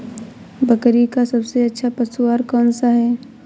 बकरी का सबसे अच्छा पशु आहार कौन सा है?